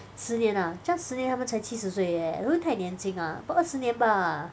十年 ah just 十他们才七十岁而已 leh 会不会太年轻 ah 多二十年 bah